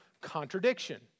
contradiction